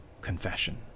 confession